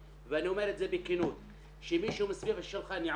ואני אומרת משותף כי משרד הרווחה לא מכתיב אותו,